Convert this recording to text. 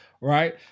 right